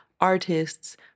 artists